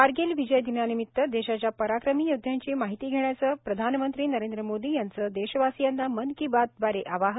कारगिल विजय दिनानिमित देशाच्या पराक्रमी योदध्यांची माहिती घेण्याच प्रधानमंत्री नरेंद्र मोदी यांच देशवासियांना मन की बात दवारे आवाहन